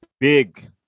big